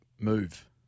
move